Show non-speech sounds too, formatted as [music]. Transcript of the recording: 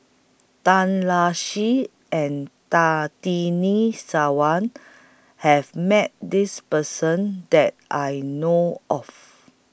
Tan Lark Sye and [unintelligible] Sarwan has Met This Person that I know of